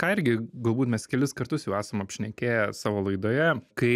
ką irgi galbūt mes kelis kartus jau esam apšnekėję savo laidoje kai